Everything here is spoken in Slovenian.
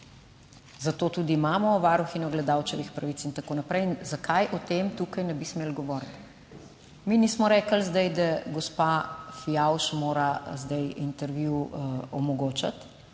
Zato tudi imamo varuhinjo gledalčevih pravic in tako naprej. In zakaj o tem tukaj ne bi smeli govoriti? Mi nismo rekli zdaj, da gospa Fijavž mora zdaj intervju omogočiti.